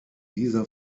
dieser